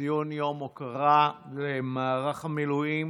ציון יום ההוקרה למערך המילואים